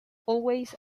always